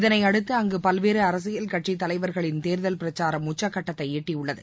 இதனையடுத்து அங்கு பல்வேறு அரசியல் கட்சித் தலைவர்களின் தேர்தல் பிரச்சாரம் உச்சக்கட்டத்தை எட்டியுள்ளது